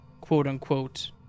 quote-unquote